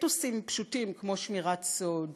אתוסים פשוטים כמו שמירת סוד,